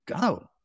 go